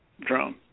drone